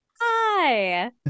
Hi